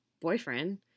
boyfriend